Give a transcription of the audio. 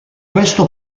questo